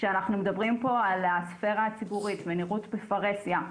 כשאנחנו מדברים על הספירה הציבורית וניראות בפרהסיה,